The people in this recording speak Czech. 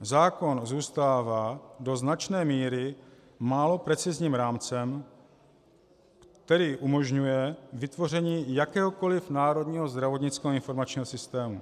Zákon zůstává do značné míry málo precizním rámcem, který umožňuje vytvoření jakéhokoliv národního zdravotnického informačního systému.